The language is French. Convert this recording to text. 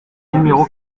numéro